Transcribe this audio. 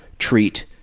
treat,